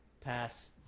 Pass